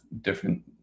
different